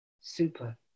super